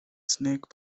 snake